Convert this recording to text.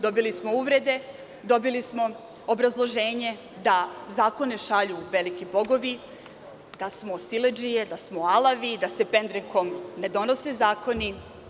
Dobili smo uvrede, dobili smo obrazloženje da zakone šalju veliki bogovi, da smo siledžije, da smo alavi, da se pendrekom ne donose zakoni.